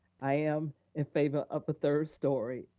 i am in favor of a third story.